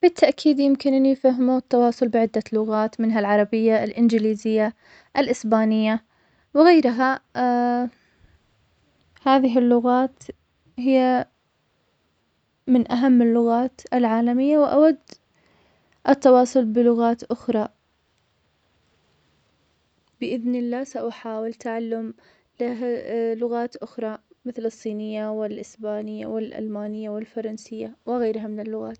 بالتأكيد يمكنني فهم التواصل بعدة لغات منها العربية, الإنجليزية, الإسبانية, وغيرها هذه اللغات هي من أهم اللغات العالمية, وأود التواصل بلغات أخرى, بإذن الله سأحاول تعلم له- لغات أخرى, مثل الصينية والإسبانية, والألمانية, والفرنسية, وغيرها من اللغات.